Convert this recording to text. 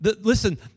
Listen